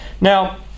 Now